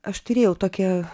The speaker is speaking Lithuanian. aš turėjau tokią